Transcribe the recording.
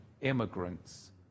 immigrants